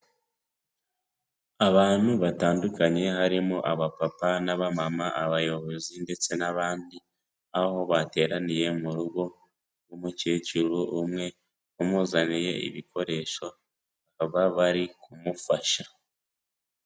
Abantu batandukanye harimo aba papa n'aba mama, abayobozi ndetse n'abandi, aho bateraniye mu rugo rw'umukecuru umwe bamuzaniye ibikoresho, baba bari kumufasha.